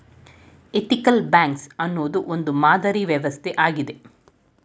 ethical banks ಅನ್ನೋದು ಒಂದು ಮಾದರಿ ವ್ಯವಸ್ಥೆ ಆಗಿದೆ